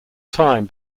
time